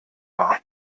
war